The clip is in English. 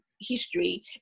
history